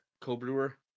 co-brewer